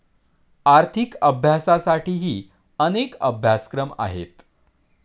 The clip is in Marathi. आर्थिक अभ्यासासाठीही अनेक अभ्यासक्रम आहेत